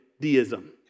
deism